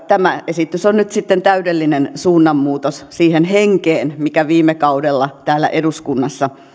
tämä esitys on sitten täydellinen suunnanmuutos siihen henkeen mikä viime kaudella täällä eduskunnassa